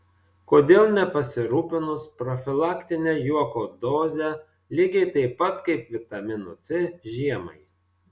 kodėl nepasirūpinus profilaktine juoko doze lygiai taip pat kaip vitaminu c žiemai